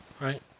right